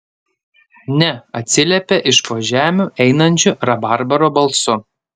ne atsiliepė iš po žemių einančiu rabarbaro balsu